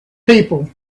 people